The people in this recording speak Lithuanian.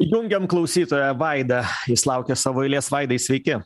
jungiam klausytoją vaidą jis laukia savo eilės vaidai sveiki